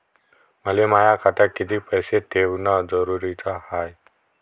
मले माया खात्यात कितीक पैसे ठेवण जरुरीच हाय?